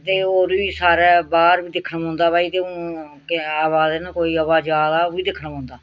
ते होर बी सारै बाह्र बी दिक्खना पौंदा भई केह् आवां दे न कोई आवा जा दा ओह् बी दिक्खना पौंदा